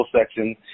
section